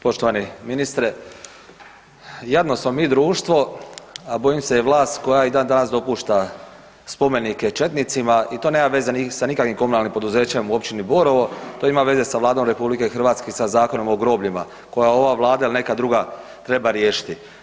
Poštovani ministre, jadno smo mi društvo, a bojim se i vlast koja i dan danas dopušta spomenike četnicima i to nema veze ni sa nikakvim komunalnim poduzećem u općini Borovo, to ima veze sa Vladom RH i sa Zakonom o grobljima koje ova Vlada ili neka druga treba riješiti.